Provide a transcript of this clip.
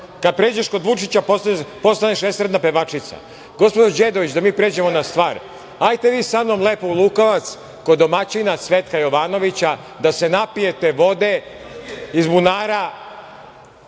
Kada pređeš kod Vučića, postaneš estradna pevačica. Gospođo Đedović, da pređemo na stvar, hajte vi sa mnom lepo u Lukovac, kod domaćina Cvetka Jovanovića, da se napijete vode iz bunara